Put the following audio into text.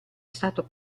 stato